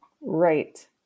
Right